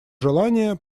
желания